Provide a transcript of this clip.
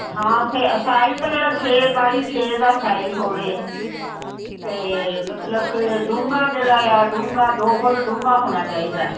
ਹਾਂ ਸਾਈਜ ਤੇ ਜਿਹੜਾ ਛੇ ਬਾਈ ਛੇ ਦਾ ਸਾਈਜ਼ ਹੋਵੇ ਤੇ ਮਤਲਬ ਡੂੰਘਾ ਜਿਹੜਾ ਆ ਡੂੰਘਾ ਦੋ ਫੁੱਟ ਡੂੰਘਾ ਹੋਣਾ ਚਾਹੀਦਾ